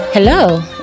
Hello